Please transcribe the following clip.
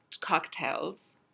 cocktails